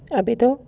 habis tu